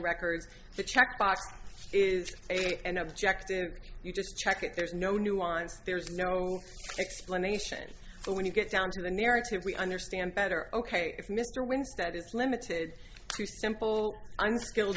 records the check box is eight and objective you just check it there's no nuance there's no explanation so when you get down to the narrative we understand better ok if mr winstead is limited to simple unskilled